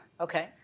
Okay